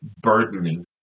burdening